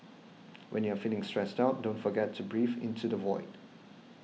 when you are feeling stressed out don't forget to breathe into the void